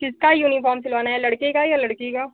किसका यूनिफ़ॉर्म सिलाना है लड़के का या लड़की का